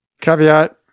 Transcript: Caveat